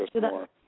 more